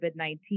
COVID-19